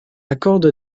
accorde